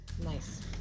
Nice